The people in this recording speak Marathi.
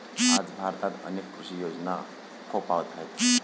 आज भारतात अनेक कृषी योजना फोफावत आहेत